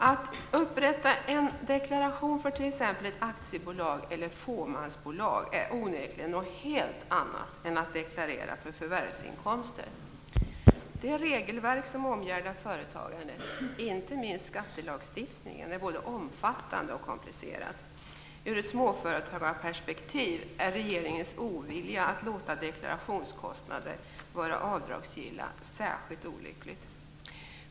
Att upprätta en deklaration för t.ex. ett aktiebolag eller fåmansbolag är onekligen något helt annat än att deklarera för förvärvsinkomster. Det regelverk som omgärdar företagandet, inte minst skattelagstiftningen, är både omfattande och komplicerat. Ur ett småföretagarperspektiv är regeringens ovilja att låta deklarationskostnader vara avdragsgilla särskilt olyckligt.